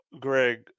Greg